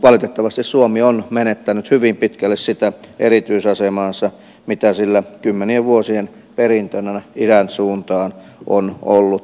valitettavasti suomi on menettänyt hyvin pitkälle sitä erityisasemaansa mitä sillä kymmenien vuosien perintönä idän suuntaan on ollut